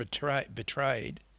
betrayed